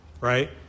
right